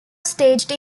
staged